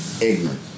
ignorant